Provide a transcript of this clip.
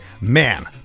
man